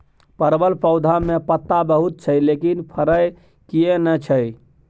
परवल पौधा में पत्ता बहुत छै लेकिन फरय किये नय छै?